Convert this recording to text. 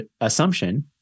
assumption